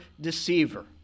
deceiver